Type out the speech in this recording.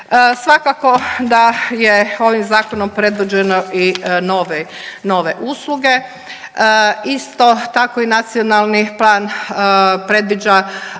Svakako da je ovim zakonom predviđeno i nove usluge. Isto tako i nacionalni plan predviđa